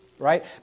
right